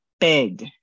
big